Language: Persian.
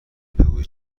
بگویید